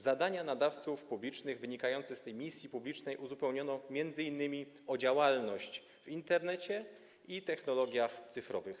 Zadania nadawców publicznych wynikające z tej misji publicznej uzupełniono m.in. o działalność w Internecie i technologiach cyfrowych.